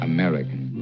American